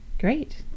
Great